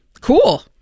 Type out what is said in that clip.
cool